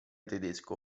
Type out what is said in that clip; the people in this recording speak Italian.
tedesco